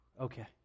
Okay